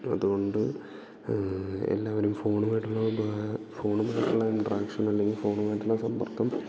അതുകൊണ്ട് എല്ലാവരും ഫോണുമായിട്ടുള്ള പാ ഫോണുമായിട്ടുള്ള ഇൻട്രാക്ഷൻ അല്ലെങ്കിൽ ഫോണുമായിട്ടുള്ള സമ്പർക്കം